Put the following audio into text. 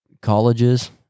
colleges